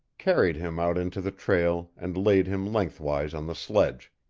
carried him out into the trail and laid him lengthwise on the sledge.